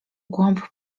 głąb